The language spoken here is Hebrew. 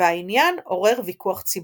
והעניין עורר ויכוח ציבורי.